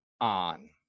on